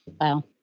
Wow